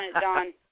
Don